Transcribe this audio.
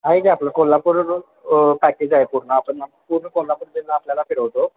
आहे की आपलं कोल्हापूर पॅकेज आहे पूर्ण आपण पूर्ण कोल्हापूर जिल्हा आपल्याला फिरवतो